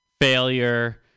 failure